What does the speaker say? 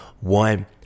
One